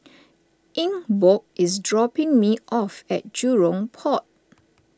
Ingeborg is dropping me off at Jurong Port